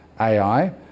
AI